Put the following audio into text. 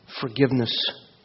Forgiveness